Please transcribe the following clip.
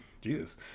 Jesus